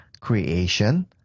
creation